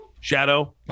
shadow